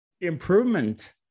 improvement